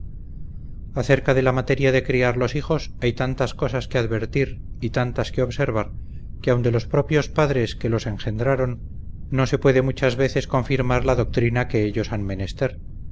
acerca de la materia de criar los hijos hay tantas cosas que advertir y tantas que observar que aun de los propios padres que los engendraron no se puede muchas veces confirmar la doctrina que ellos han menester